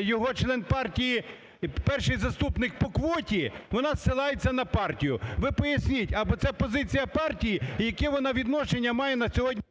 його член партії, перший заступник по квоті, вона посилається на партію. Ви поясніть, або це позиція партії, і яке вона відношення має на сьогодні…